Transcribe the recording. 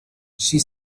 she